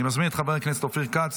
אני מזמין את חבר הכנסת אופיר כץ